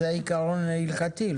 זה עיקרון הלכתי.